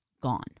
gone